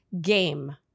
game